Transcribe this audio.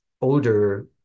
older